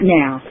now